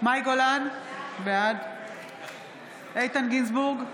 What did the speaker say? מאי גולן, בעד איתן גינזבורג,